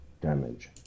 damage